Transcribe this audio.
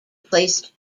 placed